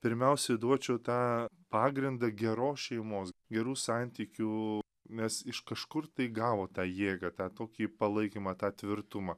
pirmiausiai duočiau tą pagrindą geros šeimos gerų santykių nes iš kažkur tai gavo tą jėgą tą tokį palaikymą tą tvirtumą